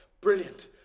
Brilliant